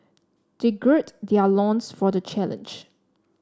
they gird their loins for the challenge